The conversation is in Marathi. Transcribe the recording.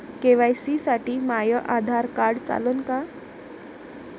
के.वाय.सी साठी माह्य आधार कार्ड चालन का?